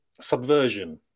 subversion